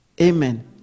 Amen